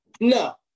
No